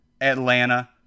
atlanta